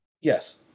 Yes